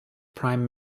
prime